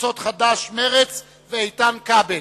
קבוצות חד"ש ומרצ ואיתן כבל.